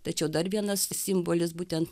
tačiau dar vienas simbolis būtent